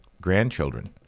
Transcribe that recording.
grandchildren